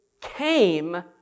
came